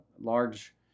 large